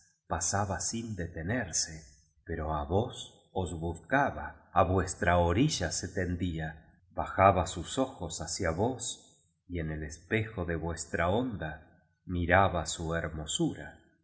pasaba sin detenerse pero á vos os buscaba á vuestra orilla se tendía bajaba sus ojos hacia vos y en el espejo de vuestra onda miraba su hermosura